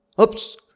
Oops